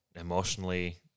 emotionally